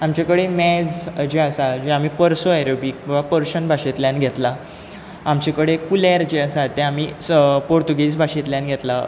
आमचे कडेन मेज जें आसा जें आमी परशो अरेबीक वा पर्शियन भाशेंतल्यान घेतलां आमचे कडेन कुलेर जें आसा तें आमी स पुर्तुगेज भाशेंतल्यान घेतलां